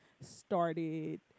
started